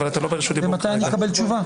מתי אקבל תשובה?